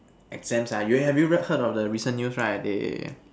exams ah have you heard of the recent news right they